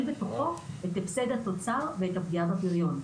בתוכו את הפסד התוצר ואת הפגיעה בפריון.